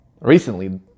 recently